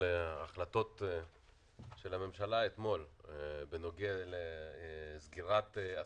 החלטות הממשלה אתמול בנוגע לסגירת עסקים,